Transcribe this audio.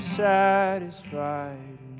satisfied